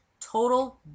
total